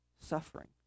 suffering